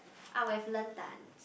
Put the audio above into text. I would have learnt dance